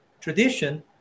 tradition